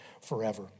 forever